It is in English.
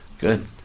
Good